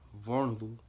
vulnerable